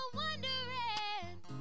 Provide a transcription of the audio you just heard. wondering